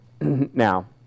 Now